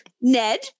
Ned